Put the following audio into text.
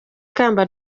ikamba